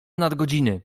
nadgodziny